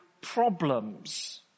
problems